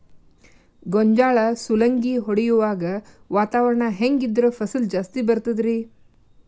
ಗೋಂಜಾಳ ಸುಲಂಗಿ ಹೊಡೆಯುವಾಗ ವಾತಾವರಣ ಹೆಂಗ್ ಇದ್ದರ ಫಸಲು ಜಾಸ್ತಿ ಬರತದ ರಿ?